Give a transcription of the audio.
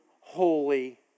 holy